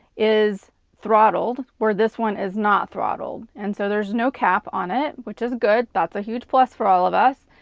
is throttled, where this one is not throttled. and so, there's no cap on it which is good, that's a huge plus for all of us.